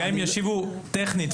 גם אם יושיבו טכנית,